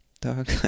dog